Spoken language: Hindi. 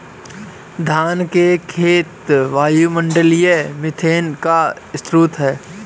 धान के खेत वायुमंडलीय मीथेन का स्रोत हैं